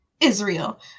Israel